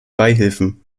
beihilfen